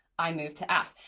i move to f,